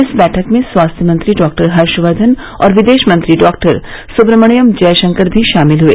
इस बैठक में स्वास्थ्य मंत्री डाक्टर हर्षकर्धन और विदेश मंत्री डाक्टर सुब्रह्मण्यम जयशंकर भी शामिल हुए